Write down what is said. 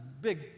big